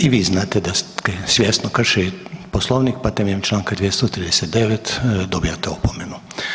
I vi znate da ste svjesno kršili Poslovnik, pa temeljem čl. 239. dobijate opomenu.